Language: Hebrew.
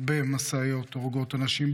הרבה משאיות הורגות אנשים,